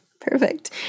Perfect